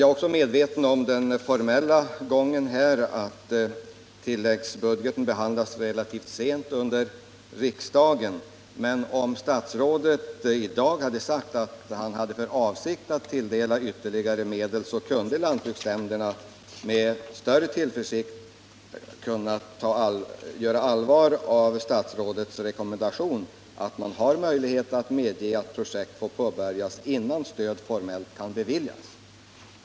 Även jag känner till den formella gången och vet att tilläggsbudgeten behandlas relativt sent, men om statsrådet i dag hade sagt att han har för avsikt att föreslå ytterligare medel kunde lantbruksnämnderna med större tillförsikt ta statsrådets rekommendation på allvar, att man har möjlighet att medge att projekt får påbörjas, innan stöd formellt kan beviljas.